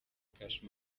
cash